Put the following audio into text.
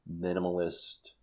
minimalist